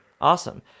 awesome